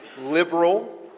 liberal